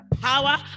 power